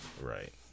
Right